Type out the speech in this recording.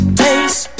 taste